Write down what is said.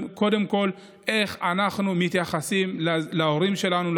כול איך אנחנו מתייחסים להורים שלנו,